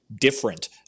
different